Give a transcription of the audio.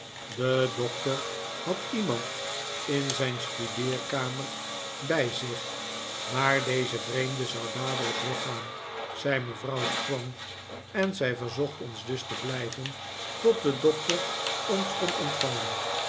de doctor had iemand in zijn studeerkamer bij zich maar deze vreemde zou dadelijk weggaan zei mevrouw strong en zij verzocht ons dus te blijven tot de doctor ons kon ontvangen